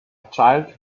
child